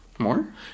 More